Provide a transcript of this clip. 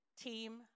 team